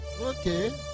okay